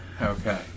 okay